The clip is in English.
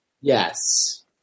Yes